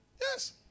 Yes